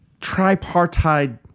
tripartite